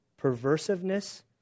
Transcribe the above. perversiveness